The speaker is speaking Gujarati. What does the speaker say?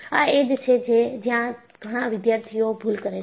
આ એ જ છે જ્યાં ઘણા વિદ્યાર્થીઓ ભૂલ કરે છે